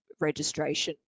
registration